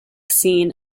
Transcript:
scene